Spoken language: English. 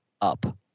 up